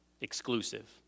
exclusive